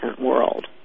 world